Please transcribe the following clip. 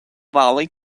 valley